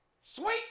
Sweet